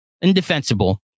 indefensible